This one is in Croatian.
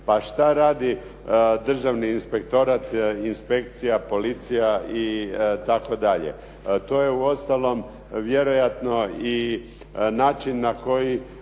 Pa što radi državni inspektorat, inspekcija, policija itd. to je u ostalom vjerojatno način i na koji